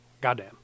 goddamn